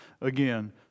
again